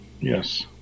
Yes